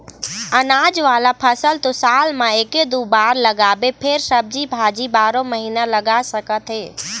अनाज वाला फसल तो साल म एके दू बार लगाबे फेर सब्जी भाजी बारो महिना लगा सकत हे